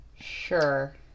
Sure